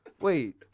wait